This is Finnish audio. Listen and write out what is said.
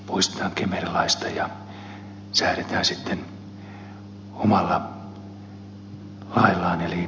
eli toisin kuin ed